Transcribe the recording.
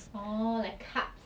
orh like carbs